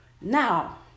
Now